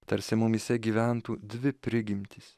tarsi mumyse gyventų dvi prigimtys